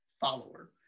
follower